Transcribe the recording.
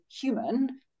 human